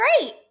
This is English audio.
great